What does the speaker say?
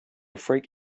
freak